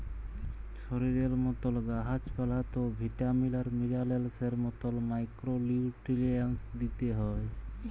শরীরের মতল গাহাচ পালাতেও ভিটামিল আর মিলারেলসের মতল মাইক্রো লিউট্রিয়েল্টস দিইতে হ্যয়